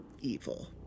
evil